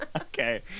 Okay